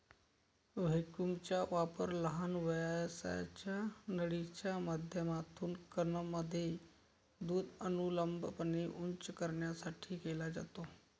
व्हॅक्यूमचा वापर लहान व्यासाच्या नळीच्या माध्यमातून कॅनमध्ये दूध अनुलंबपणे उंच करण्यासाठी केला जातो